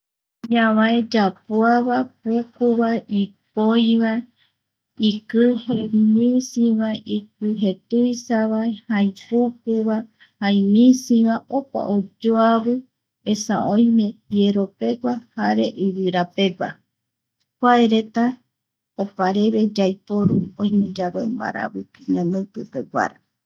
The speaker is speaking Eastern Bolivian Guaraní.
Ñavae yapuava, pukuva, ipoi vae, ikije misi vae, ikije tuisavae, jai pukuva, jai misiva opa oyoavi esa oime jiero pegua jare ivira pegua kuareta opareve yaiporu oimeyave mbaraviki ñanoi pipeguara kuareta opareve yaiporu oimeyave mbaraviki ñanoi pipeguara